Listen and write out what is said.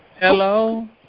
Hello